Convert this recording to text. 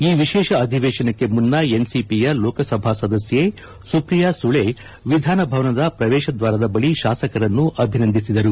ಈ ವಿಶೇಷ ಅಧಿವೇಶನಕ್ಕೂ ಮುನ್ನ ಎನ್ಸಿಪಿಯ ಲೋಕಸಭಾ ಸದಸ್ಯೆ ಸುಪ್ರಿಯಾ ಸುಳೆ ವಿಧಾನ ಭವನದ ಪ್ರವೇಶ ದ್ವಾರದ ಬಳಿ ಶಾಸಕರನ್ನು ಅಭಿನಂದಿಸಿದರು